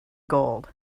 gold